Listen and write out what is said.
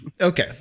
okay